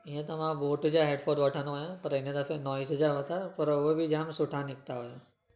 ईअं त मां बोट जा हैडफ़ोन वठंदो आहियां पर हिन दफ़े नॉइस जा वरिता पर उहो बि जामु सुठा निकिता